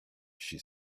she